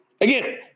Again